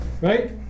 right